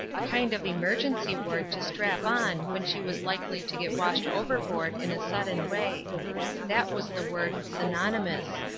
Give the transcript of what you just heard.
a kind of emergency word to strap on when she was likely to get washed overboard in a sudden way that was the word synonymous.